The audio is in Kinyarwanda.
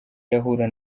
irahura